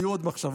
היו עוד מחשבות,